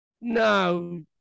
no